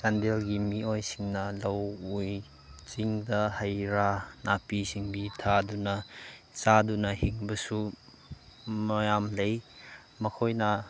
ꯆꯥꯟꯗꯦꯜꯒꯤ ꯃꯤꯑꯣꯏꯁꯤꯡꯅ ꯂꯧ ꯎꯏ ꯆꯤꯡꯗ ꯍꯩ ꯔꯥ ꯅꯥꯄꯤꯁꯤꯡꯕꯤ ꯊꯥꯗꯨꯅ ꯆꯥꯗꯨꯅ ꯍꯤꯡꯕꯁꯨ ꯃꯌꯥꯝ ꯂꯩ ꯃꯈꯣꯏꯅ